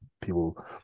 people